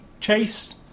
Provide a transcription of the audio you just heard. chase